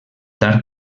tard